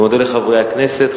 אני מודה לחברי הכנסת.